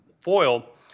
foil